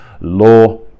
law